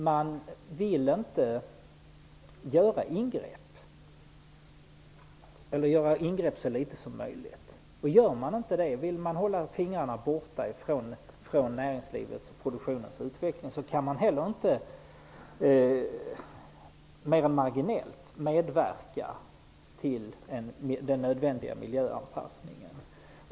Man vill inte göra ingrepp, eller man vill göra så få ingrepp som möjligt. Vill man på det sättet hålla fingrarna borta från utvecklingen av näringslivet och produktionen, kan man heller inte mer än marginellt medverka till den nödvändiga miljöanpassningen.